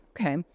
Okay